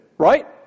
Right